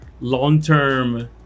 long-term